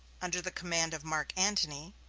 under the command of mark antony,